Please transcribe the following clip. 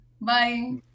Bye